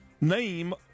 Name